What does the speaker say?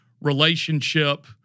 relationship